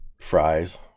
fries